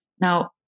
Now